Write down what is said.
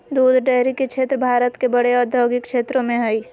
दूध डेरी के क्षेत्र भारत के बड़े औद्योगिक क्षेत्रों में हइ